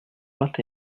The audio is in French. vingt